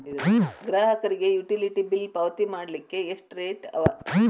ಗ್ರಾಹಕರಿಗೆ utility bill ಪಾವತಿ ಮಾಡ್ಲಿಕ್ಕೆ ಎಷ್ಟ ರೇತಿ ಅವ?